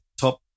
Top